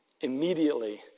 immediately